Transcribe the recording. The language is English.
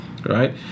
Right